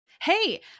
Hey